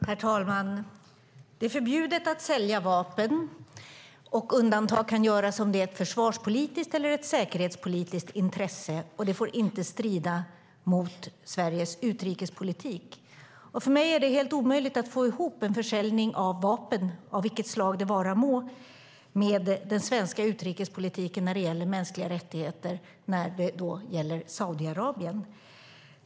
Herr talman! Det är förbjudet att sälja vapen. Undantag kan göras om det är i försvarspolitiskt eller säkerhetspolitiskt intresse. Det får inte strida mot Sveriges utrikespolitik. För mig är det helt omöjligt att få ihop en försäljning av vapen, av vilket slag det vara må, med den svenska utrikespolitiken när det gäller mänskliga rättigheter i fallet Saudiarabien.